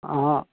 अहाँ